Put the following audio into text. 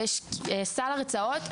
ויש סל הרצאות,